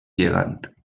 gegant